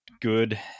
good